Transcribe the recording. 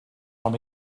from